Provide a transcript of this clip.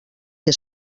que